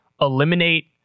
eliminate